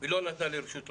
והיא לא נתנה לי רשות לומר.